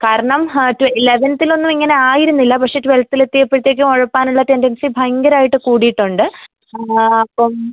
കാരണം ഹ ലെവൻത്തിലൊന്നും ഇങ്ങനായിരുന്നില്ല പക്ഷേ ട്വൽവ്ത്തിലെത്തിയപ്പോഴത്തേക്കും ഉഴപ്പാനുള്ള ടെന്റൻസി ഭയങ്കരമായിട്ട് കൂടിയിട്ടുണ്ട് അപ്പം